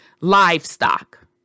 livestock